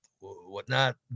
whatnot